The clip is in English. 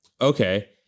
okay